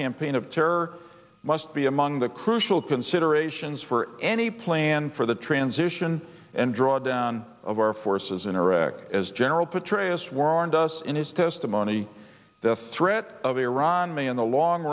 campaign of terror must be among the crucial considerations for any plan for the transition and drawdown of our forces in iraq as general petraeus warned us in his testimony the threat of iran may in the long